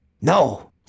no